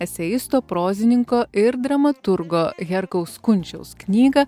eseisto prozininko ir dramaturgo herkaus kunčiaus knygą